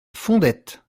fondettes